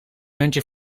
muntje